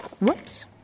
Whoops